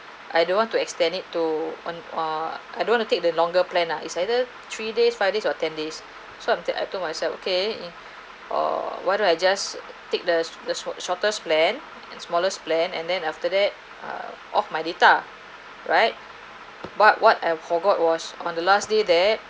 I don't want to extend it to on ah I'd want to take the longer planner is either three days five days or ten days so I'm k~ I told myself okay or what do I just take the the sh~ the shortest plan and smallest plan and then after that err off my data right what what I forgot was on the last day there